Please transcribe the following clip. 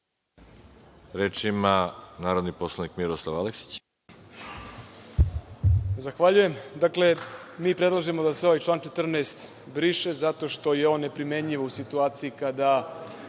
ima narodni poslanik Miroslav Aleksić.